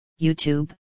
YouTube